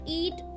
eat